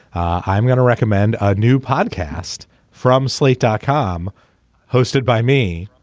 i'm gonna recommend a new podcast from slate dot com hosted by me.